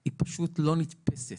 היא פשוט לא נתפסת.